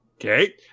Okay